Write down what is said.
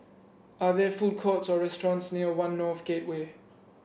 are there food courts or restaurants near One North Gateway